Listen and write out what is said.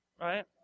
right